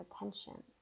attention